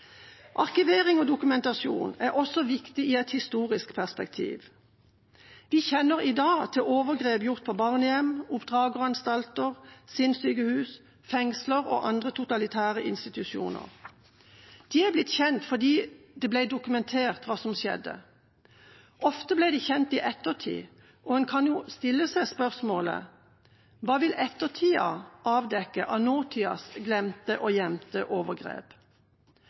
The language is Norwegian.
Arkivering og dokumentasjon er også viktig i et historisk perspektiv. Vi kjenner i dag til overgrep gjort på barnehjem, ved oppdrageranstalter, ved sinnssykehus, i fengsler og ved andre totalitære institusjoner. De er blitt kjent fordi det ble dokumentert hva som skjedde. Ofte ble de kjent i ettertid, og en kan stille seg spørsmålet: Hva vil ettertida avdekke av nåtidas glemte og gjemte overgrep?